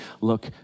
look